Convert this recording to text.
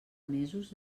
mesos